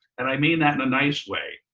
and i mean that in a nice way,